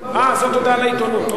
אה, זאת הודעה לעיתונות.